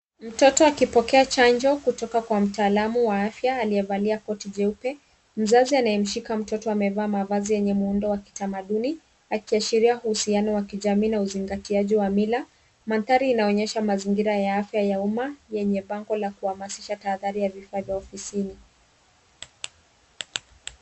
Mtoto akipokea chanjo kutoka kwa mtaalamu wa afya aliyeevalia koti jeupe. Mzazi anayemeshika mtoto amevaa mavazi yenye muundo wa kitamaduni akiashiria uhusiano wa kijamii na uzingatiaji wa mila. Mandhari inaonyesha mazingira ya afya ya umma yenye bango la kuhamasisha tahadhari ya vifaa vya ofisini.